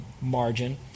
margin